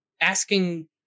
asking